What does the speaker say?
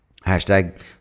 hashtag